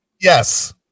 Yes